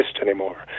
anymore